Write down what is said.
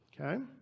Okay